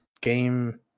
game